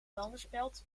vuilnisbelt